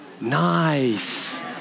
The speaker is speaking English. Nice